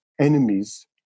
enemies